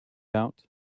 out